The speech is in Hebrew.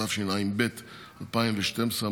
התשע"ב 2012,